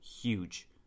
huge